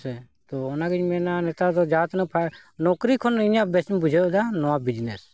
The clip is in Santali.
ᱥᱮ ᱛᱚ ᱚᱱᱟᱜᱤᱧ ᱢᱮᱱᱟ ᱱᱮᱛᱟᱨ ᱫᱚ ᱡᱟᱦᱟᱸ ᱛᱤᱱᱟᱹᱜ ᱯᱷᱟᱭ ᱱᱚᱠᱨᱤ ᱠᱷᱚᱱ ᱤᱧᱟᱹᱜ ᱵᱮᱥᱤᱧ ᱵᱩᱡᱷᱟᱹᱣ ᱮᱫᱟ ᱱᱚᱣᱟ ᱵᱤᱡᱽᱱᱮᱥ